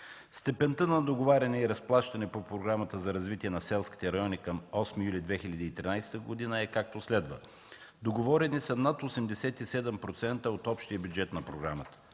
Степента на договаряне и разплащане по Програмата за развитие на селските райони към 8 юли 2013 г. е както следва: договорени са над 87% от общия бюджет на програмата,